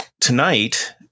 Tonight